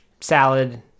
salad